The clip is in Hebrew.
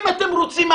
אם אתם רוצים,